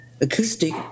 acoustic